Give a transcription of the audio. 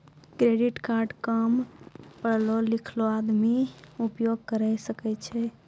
Credit card काम पढलो लिखलो आदमी उपयोग करे सकय छै?